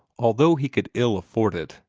although he could ill afford it,